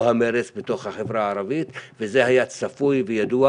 המרץ בתוך החברה הערבית וזה היה צפוי וידוע,